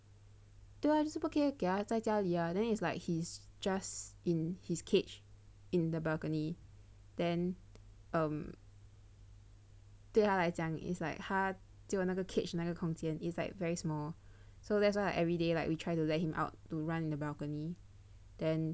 对 ah 就是不可以给他在家里 ah then it's like he's just in his cage in the balcony then um 对他来讲 is like 他只有那个 cage 那个空间 it's like very small so that's why I everyday like we try to let him out to run in the balcony then